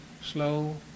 slow